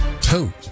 two